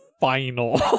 final